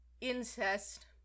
incest